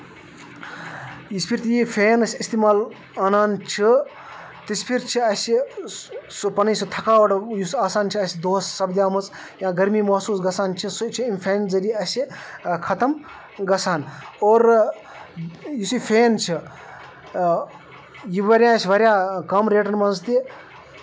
یِژھ پھرِ یہِ فین ٲسۍ اِستعمال اَنان چھِ تِژہ پھرِ چھِ اَسہِ یۄس سۄ پَنٕنۍ سۄ تھکاوَٹھ یُس آسان چھِ اَسہِ دۄہس سَپدامٕژ یا گرمی محسوٗس گژھان چھِ سُہ چھِ ییٚمہِ فینہٕ ذریعہِ اَسہِ ختم گژھان اور یُس یہِ فین چھُ یہِ بَریو اَسہِ واریاہ کَم ریٹن منٛز تہِ